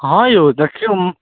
हँ यौ देखियौ